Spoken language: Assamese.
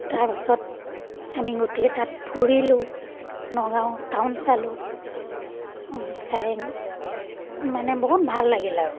তাৰপাছত আমি গোটেই তাত ফুৰিলোঁ নগাঁও টাউন চালোঁ চাই মানে বহুত ভাল লাগিল আৰু